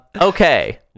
Okay